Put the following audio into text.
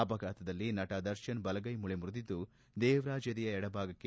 ಅಪಘಾತದಲ್ಲಿ ನಟ ದರ್ಶನ್ ಬಲಗೈ ಮೂಳೆ ಮುರಿದಿದ್ದು ದೇವರಾಜ್ ಎದೆಯ ಎಡಭಾಗಕ್ಕೆ